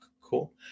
cool